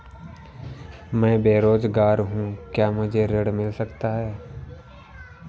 मैं बेरोजगार हूँ क्या मुझे ऋण मिल सकता है?